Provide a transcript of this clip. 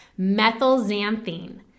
methylxanthine